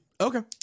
Okay